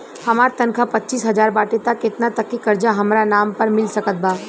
हमार तनख़ाह पच्चिस हज़ार बाटे त केतना तक के कर्जा हमरा नाम पर मिल सकत बा?